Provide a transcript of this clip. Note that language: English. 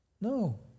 No